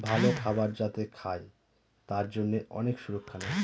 ভালো খাবার যাতে খায় তার জন্যে অনেক সুরক্ষা নেয়